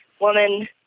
woman